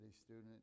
student